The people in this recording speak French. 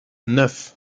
neuf